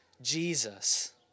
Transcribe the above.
jesus